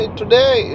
today